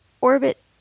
Orbit